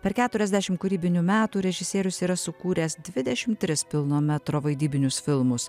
per keturiasdešim kūrybinių metų režisierius yra sukūręs dvidešim tris pilno metro vaidybinius filmus